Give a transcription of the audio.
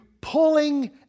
pulling